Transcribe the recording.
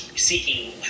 Seeking